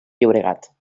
llobregat